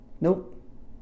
Nope